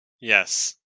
Yes